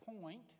point